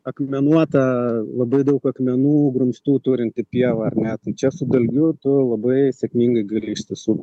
akmenuota labai daug akmenų grumstų turinti pieva ar ne tai čia su dalgiu tu labai sėkmingai gali iš tiesų